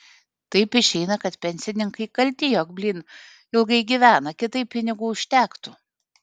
taip išeina kad pensininkai kalti jog blyn ilgai gyvena kitaip pinigų užtektų